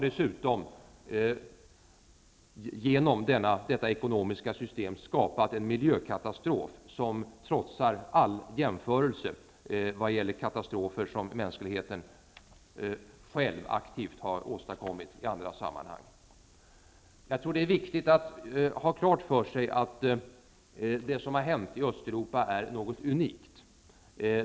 Dessutom har man genom detta ekonomiska system åstadkommit en miljökatastrof som trotsar all jämförelse vad gäller katastrofer som mänskligheten själv aktivt har åstadkommit i andra sammanhang. Jag tror att det är viktigt att ha klart för sig att det som har hänt i Östeuropa är någonting unikt.